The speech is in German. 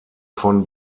von